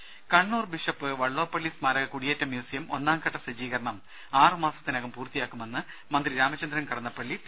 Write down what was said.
രദേശ കണ്ണൂർ ബിഷപ്പ് വള്ളോപ്പള്ളി സ്മാരക കുടിയേറ്റ മ്യൂസിയം ഒന്നാംഘട്ട സജ്ജീകരണം ആറു മാസത്തിനകം പൂർത്തിയാക്കുമെന്ന് മന്ത്രി രാമചന്ദ്രൻ കടന്നപ്പള്ളി അറിയിച്ചു